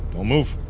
no move!